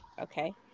okay